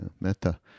metta